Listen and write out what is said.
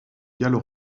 gallo